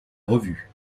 revue